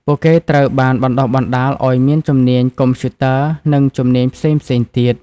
ពួកគេត្រូវបានបណ្តុះបណ្តាលឱ្យមានជំនាញកុំព្យូទ័រ និងជំនាញផ្សេងៗទៀត។